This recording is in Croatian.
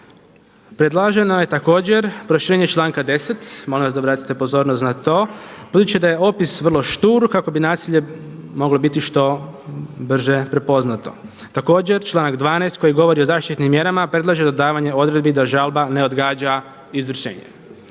Predloženo je također proširenje članka 10., molim vas da obratite pozornost na to, budući da je opis vrlo štur kako bi nasilje moglo biti što brže prepoznato. Također članak 12. koji govori o zaštitnim mjerama predlaže dodavanje odredbi da žalba ne odgađa izvršenje.